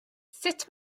sut